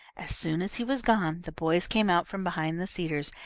as soon as he was gone, the boys came out from behind the cedars,